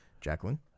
Jacqueline